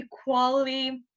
equality